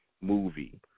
movie